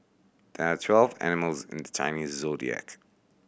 there are twelve animals in the Chinese Zodiac